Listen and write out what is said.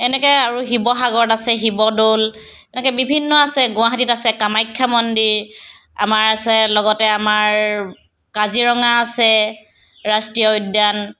এনেকৈ আৰু শিৱসাগৰত আছে শিৱদ'ল এনেকৈ বিভিন্ন আছে গুৱাহাটীত আছে কামাখ্যা মন্দিৰ আমাৰ আছে লগতে আমাৰ কাজিৰঙা আছে ৰাষ্ট্ৰীয় উদ্যান